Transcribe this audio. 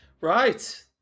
Right